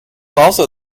also